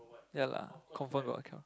ya lah confirm got account